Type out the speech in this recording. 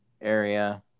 area